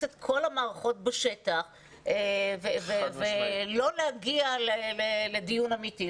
את כל המערכות בשטח ולא להגיע לדיון אמיתי,